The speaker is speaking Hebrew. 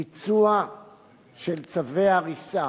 ביצוע של צווי הריסה